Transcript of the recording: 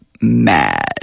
mad